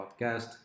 Podcast